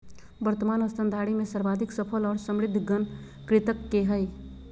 वर्तमान स्तनधारी में सर्वाधिक सफल और समृद्ध गण कृंतक के हइ